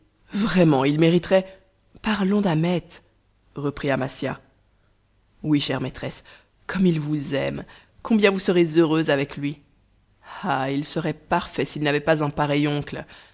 vraiment il mériterait parlons d'ahmet reprit amasia oui chère maîtresse comme il vous aime combien vous serez heureuse avec lui ah il serait parfait s'il n'avait pas un pareil oncle